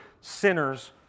sinners